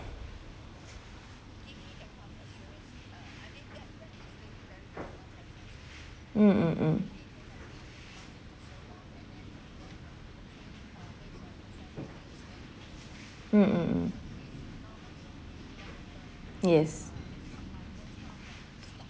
mm mm mm mm mm mm yes